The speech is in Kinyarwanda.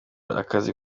akazi